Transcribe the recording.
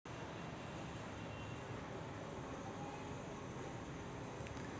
IFSC व्यवहारासाठी हे खूप महत्वाचे आहे